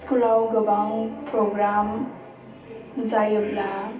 स्कुलाव गोबां प्रग्राम जायोब्ला